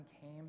came